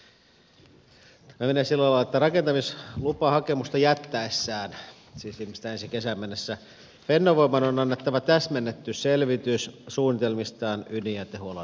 tä mä menee sillä lailla että rakentamislupahakemusta jättäessään siis viimeistään ensi kesään mennessä fennovoiman on annettava täsmennetty selvitys suunnitelmistaan ydinjätehuollon järjestämiseksi